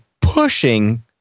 pushing